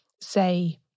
say